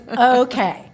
okay